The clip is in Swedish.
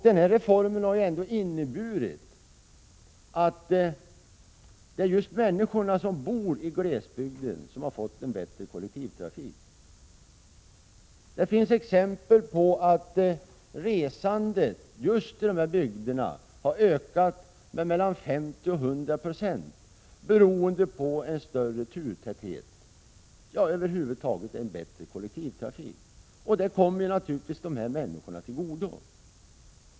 Den reformen har inneburit att just människorna som bor i glesbygden har fått en bättre kollektivtrafik. Det finns exempel på att resandet i just dessa bygder har ökat med mellan 50 och 100 96, beroende på större turtäthet och bättre kollektivtrafik över huvud taget. Det kommer naturligtvis dessa människor till godo.